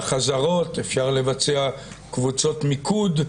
אפשר לבצע חזרות, אפשר לבצע קבוצות מיקוד,